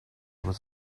with